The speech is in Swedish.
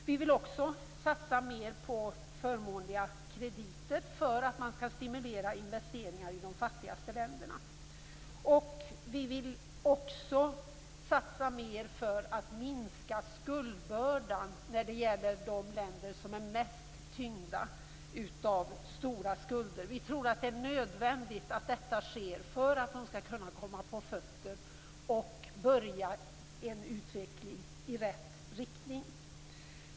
Vi vill också satsa mer på förmånliga krediter för att stimulera investeringar i de fattigaste länderna. Vi vill vidare göra mer för att minska skuldbördan för de mest skuldtyngda länderna. Vi tror att det är nödvändigt för att dessa skall kunna komma på fötter och påbörja en utveckling i rätt riktning.